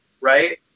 right